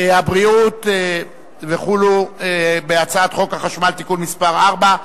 הבריאות וכו' על הצעת חוק החשמל (תיקון מס' 4),